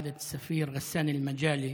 (אומר בערבית: כבוד השגריר) רסאן אל-מג'אלי,